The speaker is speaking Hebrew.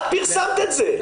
את פרסמת את זה,